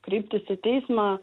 kreiptis į teismą